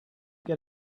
get